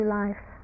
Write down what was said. life